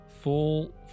full